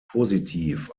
positiv